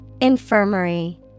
Infirmary